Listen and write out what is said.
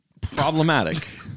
Problematic